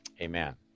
Amen